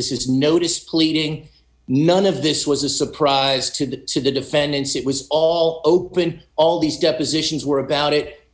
this is notice pleading none of this was a surprise to the to the defendants it was all open all these depositions were about it